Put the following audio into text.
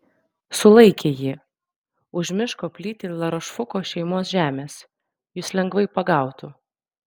sulaikė ji už miško plyti larošfuko šeimos žemės jus lengvai pagautų